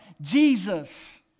Jesus